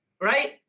right